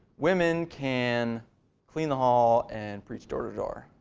women can clean the hall and preach door-to-door.